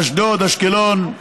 אשדוד, אשקלון,